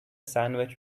sandwich